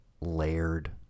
layered